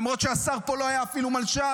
למרות שהשר פה לא היה אפילו מלש"ב,